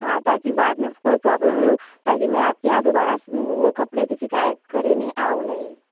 हाँ ताकि बाद में कोई प्रॉब्लम नहीं हो ताकि मैं आपके यहाँ दोबारा वो कपड़े किसी कारण से करने आऊँ नहीं